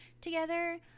together